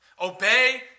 Obey